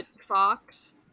Fox